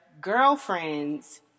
girlfriends